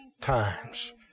times